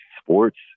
sports